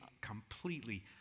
completely